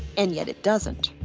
and yet it doesn't.